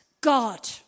God